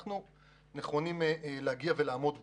ולמרות זאת אנחנו נכונים לעמוד בו.